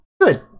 Good